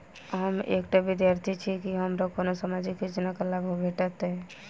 हम एकटा विद्यार्थी छी, की हमरा कोनो सामाजिक योजनाक लाभ भेटतय?